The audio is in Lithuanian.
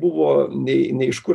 buvo nei nei iš kur